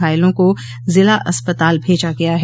घायलों को जिला अस्पताल भेजा गया है